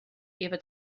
ever